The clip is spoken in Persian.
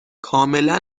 کاملا